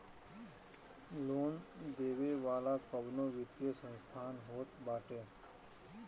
loan देवे वाला कवनो वित्तीय संस्थान होत बाटे